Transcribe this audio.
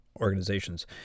organizations